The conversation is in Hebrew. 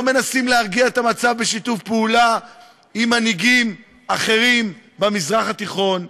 לא מנסים להרגיע את המצב בשיתוף פעולה עם מנהיגים אחרים במזרח התיכון.